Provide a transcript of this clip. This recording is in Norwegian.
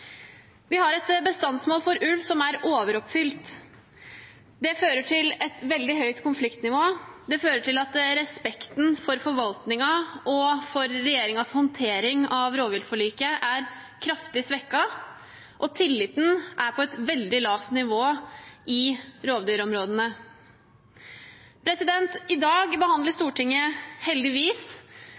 Vi har et bestandsmål for ulv som er overoppfylt. Det fører til et veldig høyt konfliktnivå. Det fører til at respekten for forvaltningen og regjeringens håndtering av rovviltforliket er kraftig svekket, og tilliten er på et veldig lavt nivå i rovdyrområdene. I dag behandler Stortinget heldigvis